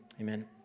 Amen